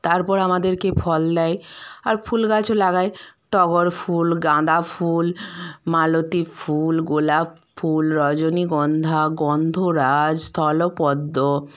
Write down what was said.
তারপর আমাদেরকে ফল দেয় আর ফুল গাছও লাগাই টগর ফুল গাঁদা ফুল মালতি ফুল গোলাপ ফুল রজনীগন্ধা গন্ধরাজ স্থলপদ্ম